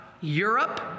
Europe